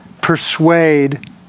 persuade